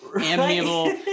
amiable